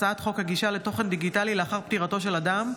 הצעת חוק הגישה לתוכן דיגיטלי לאחר פטירתו של אדם,